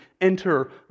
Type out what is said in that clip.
enter